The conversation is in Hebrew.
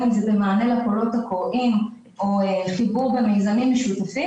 שזה אחד הנושאים המרכזיים ששמנו עליו את יהבנו.